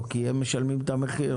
כי הם משלמים את המחיר.